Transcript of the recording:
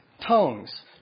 tongues